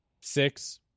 six